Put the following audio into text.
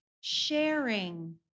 sharing